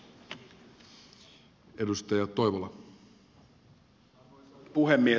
arvoisa puhemies